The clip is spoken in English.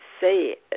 say